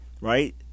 right